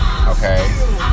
okay